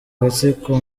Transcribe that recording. gatsiko